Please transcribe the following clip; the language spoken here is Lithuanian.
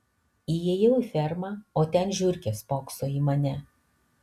įėjau į fermą o ten žiurkė spokso į mane